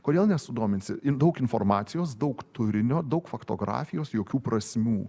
kodėl nesudominsi ir daug informacijos daug turinio daug faktografijos jokių prasmių